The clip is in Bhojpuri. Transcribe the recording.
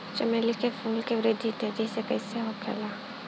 चमेली क फूल क वृद्धि तेजी से कईसे होखेला?